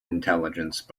intelligence